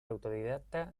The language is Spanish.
autodidacta